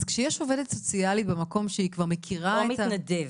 אז כשיש עובדת סוציאלית במקום שהיא כבר מכירה --- או מתנדב.